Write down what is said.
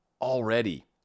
already